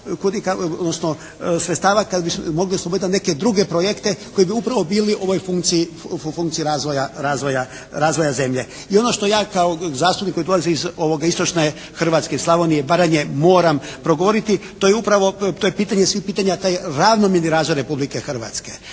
odnosno sredstava kad bismo mogli osloboditi na neke druge projekte koji bi upravo bili u ovoj funkciji, funkciji razvoja zemlje. I ono što ja kao zastupnik koji dolazi iz Istočne Hrvatske, Slavonije i Baranje moram progovoriti to je upravo, to je pitanje svih pitanja, taj ravnomjerni razvoj Republike Hrvatske.